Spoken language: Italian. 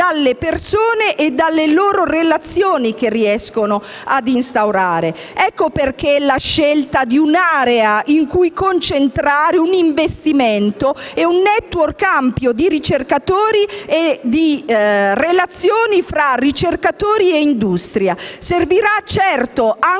dalle persone e dalle relazioni che riescono ad instaurare. Ecco perché si è scelta un'area in cui concentrare un investimento e un *network* ampio di ricercatori e di relazioni tra ricercatori e industria. Servirà certamente